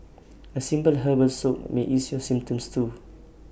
A simple herbal soak may ease your symptoms too